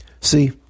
See